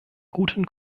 guten